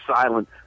silent